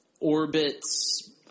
Orbit's